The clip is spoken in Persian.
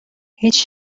هیچ